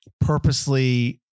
purposely